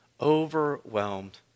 overwhelmed